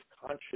conscious